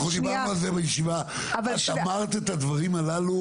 אנחנו דיברנו על זה בישיבה ואת אמרת את הדברים הללו.